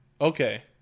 Okay